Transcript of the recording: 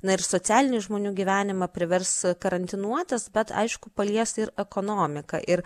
na ir socialinį žmonių gyvenimą privers karantinuotis bet aišku palies ir ekonomiką ir